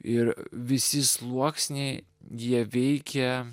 ir visi sluoksniai jie veikia